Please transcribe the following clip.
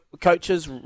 coaches